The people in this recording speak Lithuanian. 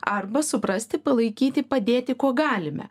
arba suprasti palaikyti padėti kuo galime